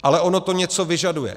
Ale ono to něco vyžaduje.